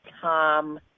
Tom